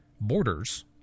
borders